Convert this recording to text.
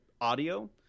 audio